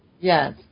Yes